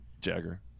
Jagger